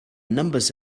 numbers